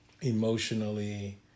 emotionally